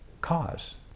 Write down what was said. cause